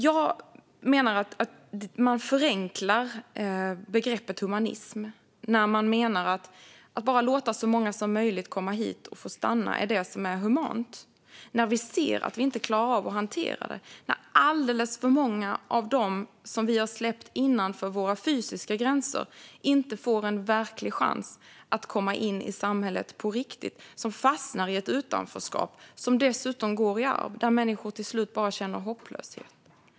Jag menar att man förenklar begreppet humanism när man menar att det som är humant är att bara låta så många som möjligt komma hit och få stanna - när vi ser att vi inte klarar av att hantera det, när alldeles för många av dem som vi har släppt innanför våra fysiska gränser inte får en verklig chans att komma in i samhället på riktigt utan fastnar i ett utanförskap som dessutom går i arv, när människor till slut bara känner hopplöshet.